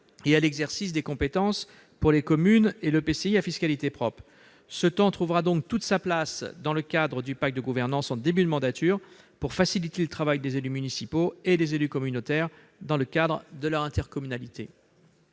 et à l'exercice des compétences par les communes et l'EPCI à fiscalité propre. Ce temps trouvera donc toute sa place dans le cadre du pacte de gouvernance en début de mandature, pour faciliter le travail des élus municipaux et communautaires dans le cadre de leur intercommunalité.